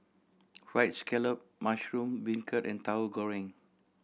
Fried Scallop mushroom beancurd and Tauhu Goreng